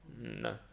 No